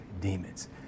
demons